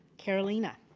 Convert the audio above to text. carolina.